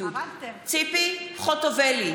נגד ציפי חוטובלי,